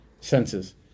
Senses